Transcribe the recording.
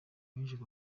abinyujije